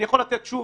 אני יכול לתת שוב,